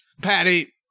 Patty